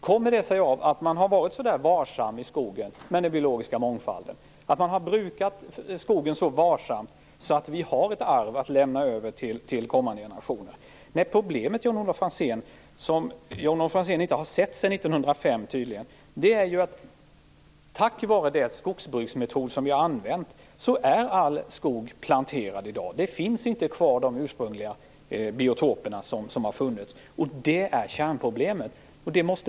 Kommer det sig av att man har varit så varsam med den biologiska mångfalden, att man har brukat skogen så varsamt att vi har ett arv att lämna över till kommande generationer? Problemet sedan 1905, som Jan-Olof Franzén tydligen inte har sett, är ju att all skog är planterad på grund av de skogsbruksmetoder som har använts. De ursprungliga biotoperna finns inte kvar, vilket är kärnproblemet.